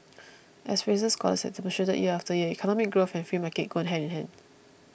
as Fraser scholars have demonstrated year after year economic growth and free markets go hand in hand